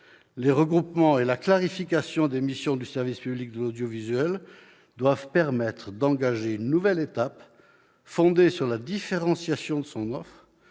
Les regroupements et la clarification des missions du service public de l'audiovisuel doivent permettre d'engager une nouvelle étape fondée sur la différenciation de son offre,